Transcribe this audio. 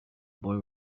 boy